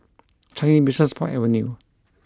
Changi Business Park Avenue